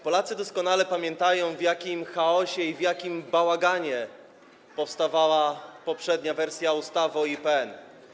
Polacy doskonale pamiętają, w jakim chaosie, w jakim bałaganie powstawała poprzednia wersja ustawy o IPN.